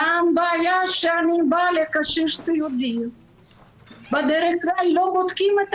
כשאני באה לקשיש סיעודי בדרך כלל לא בודקים את